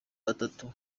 batatu